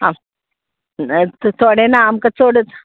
आं थोडें ना आमकां चडच